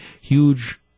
huge